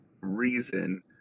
reason